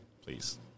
Please